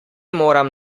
moram